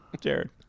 Jared